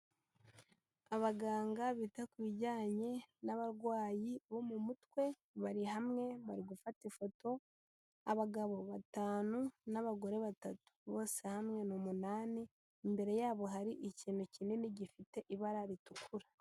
Abaganga bita ku bijyanye n'abagwayi bo mu mutwe, bari hamwe bari gufata ifoto, abagabo batanu n'abagore batatu, bose hamwe ni umunani, imbere yabo hari ikintu kinini gifite ibara ritukura.